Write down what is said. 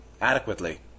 adequately